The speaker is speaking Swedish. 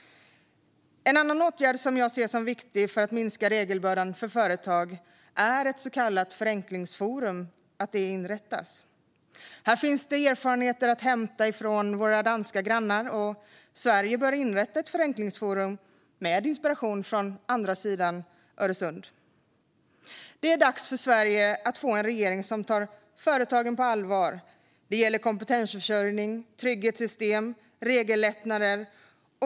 En annan åtgärd som jag ser som viktig för att minska regelbördan för företag är att ett så kallat förenklingsforum inrättas. Här finns erfarenheter att hämta från våra danska grannar, och Sverige bör inrätta ett förenklingsforum med inspiration från andra sidan Öresund. Det är dags för Sverige att få en regering som tar företagen på allvar. Det gäller kompetensförsörjning, trygghetssystem och regellättnader.